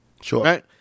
Sure